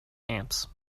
amps